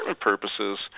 purposes